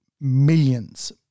millions